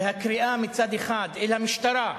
הקריאה היא מצד אחד אל המשטרה,